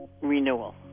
renewal